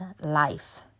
life